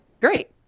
great